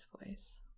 voice